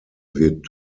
wird